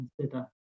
consider